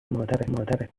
مادره